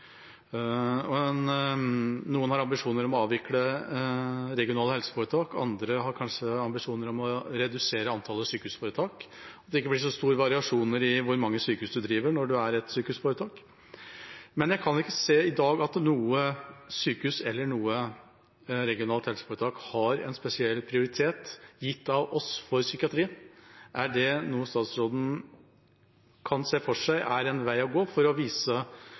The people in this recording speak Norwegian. Noen har ambisjoner om å avvikle regionale helseforetak. Andre har kanskje ambisjoner om å redusere antallet sykehusforetak, slik at det ikke blir så store variasjoner i hvor mange sykehus man driver når det er ett sykehusforetak. Men jeg kan ikke se i dag at noe sykehus eller noe regionalt helseforetak har gitt psykiatrien en spesiell prioritet, gitt av oss. Kan statsråden se for seg at det er en vei å gå for å vise